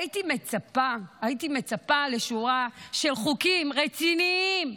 הייתי מצפה לשורה של חוקים רציניים,